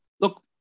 look